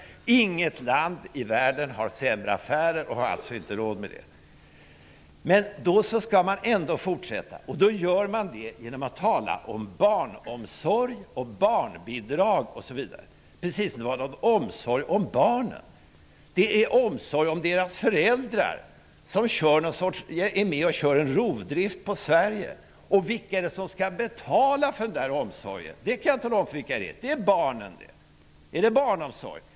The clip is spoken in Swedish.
Inget land i världen har sämre affärer. Vi skulle alltså inte ha råd med det här. Man vill ändå fortsätta med familjepolitikens inriktning och talar om barnomsorg och barnbidrag -- precis som om det skulle gälla någon omsorg om barnen. Det är omsorg om deras föräldrar som är med och kör en rovdrift på Sverige. Vem skall betala för omsorgen? Jag kan tala om för er att det är barnen. Är det barnomsorg?